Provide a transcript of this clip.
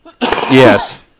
Yes